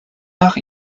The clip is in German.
nach